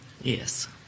Yes